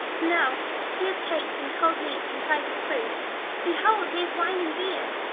no, here's cakes, and cold meat, and tripe of proof behold, here's wine and beer,